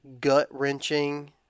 gut-wrenching